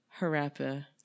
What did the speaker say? Harappa